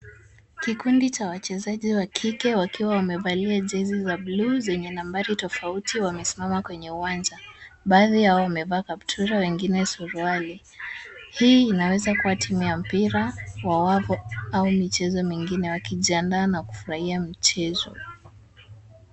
Kikundi cha wachezaji wa kike wakiwa wamevalia jezi za bluu zenye nambari tofauti wamesimama kwenye uwanja. Baadhi yao wamevaa kaptura wengine suruali. Hii inaweza kuwa timu ya mpira wa wavu au michezo mingine wakijiandaa na kufurahia mchezo.